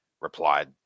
replied